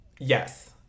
yes